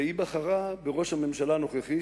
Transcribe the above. והיא בחרה בראש הממשלה הנוכחי,